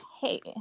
Hey